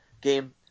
game